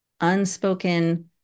unspoken